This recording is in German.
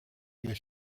wir